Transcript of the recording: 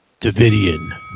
Davidian